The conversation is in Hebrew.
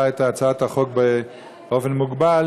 הצעת חוק בתמיכת הממשלה